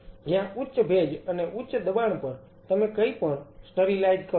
જ્યાં ઉચ્ચ ભેજ અને ઉચ્ચ દબાણ પર તમે કંઈપણ સ્ટરીલાઈઝ કરો છો